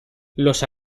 los